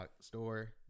Store